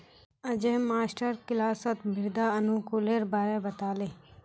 अयेज मास्टर किलासत मृदा अनुकूलेर बारे बता ले